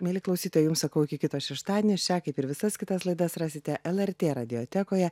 mieli klausytojai jums sakau iki kito šeštadienio šią kaip ir visas kitas laidas rasite lrt radiotekoje